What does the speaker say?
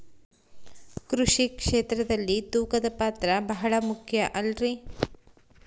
ಕೃಷಿ ಕ್ಷೇತ್ರದಲ್ಲಿ ತೂಕದ ಪಾತ್ರ ಬಹಳ ಮುಖ್ಯ ಅಲ್ರಿ?